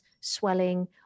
swelling